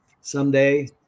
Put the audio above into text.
someday